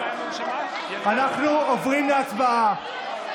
אנחנו עוברים להצבעה.